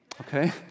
okay